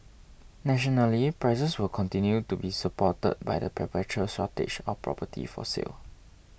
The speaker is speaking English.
nationally prices will continue to be supported by the perpetual shortage of property for sale